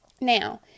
Now